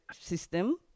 system